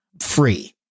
free